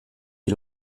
qui